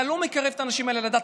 אתה לא מקרב את האנשים האלה לדת,